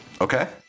okay